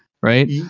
right